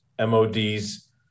MOD's